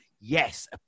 Yes